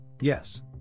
yes